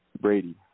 Brady